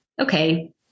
okay